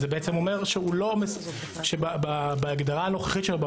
זה בעצם אומר שבהגדרה המקורית שלו,